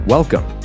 Welcome